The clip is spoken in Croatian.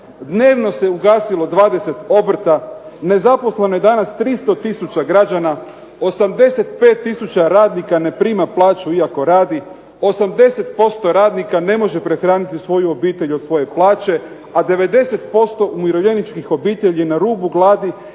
dnevno se ugasilo 20 obrta, nezaposleno je danas 300 tisuća građana, 85 tisuća radnika ne prima plaću iako radi, 80% radnika ne može prehraniti svoju obitelj od svoje plaće, a 90% umirovljeničkih obitelji je na rubu gladi